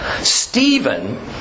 Stephen